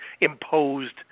imposed